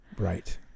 right